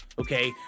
Okay